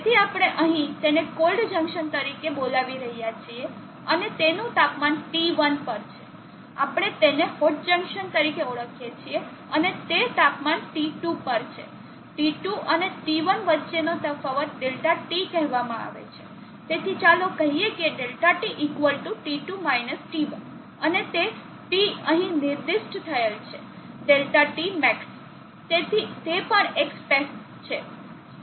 તેથી આપણે અહીં તેને કોલ્ડ જંકશન તરીકે બોલાવી રહ્યા છીએ અને તેનું તાપમાન T1 પર છે આપણે તેને હોટ જંકશન તરીકે ઓળખીએ છીએ અને તે તાપમાન T2 પર છે T2 અને T1 વચ્ચેનો તફાવત ∆T કહેવામાં આવે છે તેથી ચાલો કહીએ કે ∆T T2 T1 અને તે T અહીં નિર્દિષ્ટ થયેલ છે ∆Tmax તેથી તે પણ એક સ્પેક્સ છે